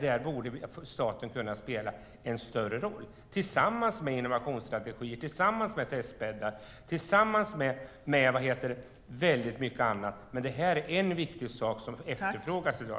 Där borde staten kunna spela en större roll tillsammans med innovationsstrategier, testbäddar och annat. Detta är en viktig sak som efterfrågas i dag.